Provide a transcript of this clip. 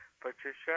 Patricia